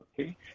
Okay